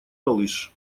малыш